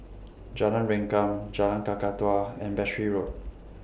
Jalan Rengkam Jalan Kakatua and Battery Road